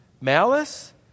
Malice